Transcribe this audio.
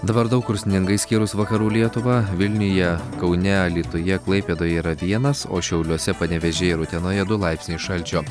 dabar daug kur sninga išskyrus vakarų lietuvą vilniuje kaune alytuje klaipėdoje yra vienas o šiauliuose panevėžyje ir utenoje du laipsniai šalčio